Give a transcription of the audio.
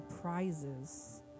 prizes